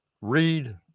read